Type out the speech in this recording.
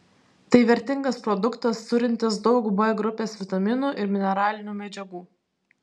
tai vertingas produktas turintis daug b grupės vitaminų ir mineralinių medžiagų